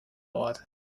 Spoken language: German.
ort